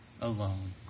alone